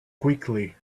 quickly